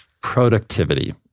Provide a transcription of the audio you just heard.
Productivity